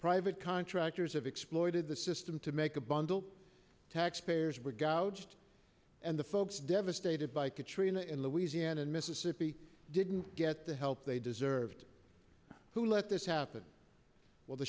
private contractors have exploited the system to make a bundle taxpayers were gouged and the folks devastated by katrina in louisiana and mississippi didn't get the help they deserved who let this happen well the